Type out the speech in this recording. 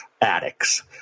addicts